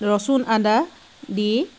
ৰচুন আদা দি